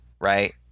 right